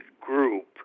group